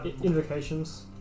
Invocations